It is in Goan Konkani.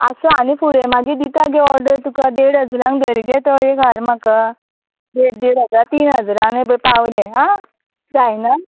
आसा आनी फुडें मागीर दिता गे ऑर्डर तुका देड हजरांक धर गे तो घाल म्हाका देड देड हजार तीन हजारांक हें पय पावलें आं जायना